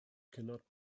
cannot